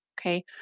Okay